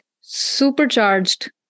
supercharged